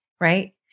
right